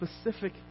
specific